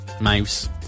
mouse